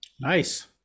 Nice